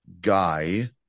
guy